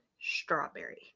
strawberry